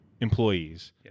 employees